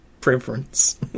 preference